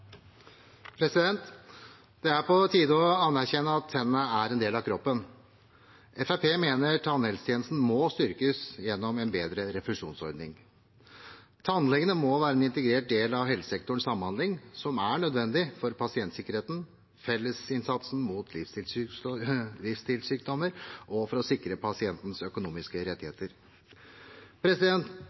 Det er på tide å anerkjenne at tennene er en del av kroppen. Fremskrittspartiet mener tannhelsetjenesten må styrkes gjennom en bedre refusjonsordning. Tannlegene må være en integrert del av helsesektorens samhandling, som er nødvendig for pasientsikkerheten, fellesinnsatsen mot livsstilssykdommer og for å sikre pasientenes økonomiske rettigheter.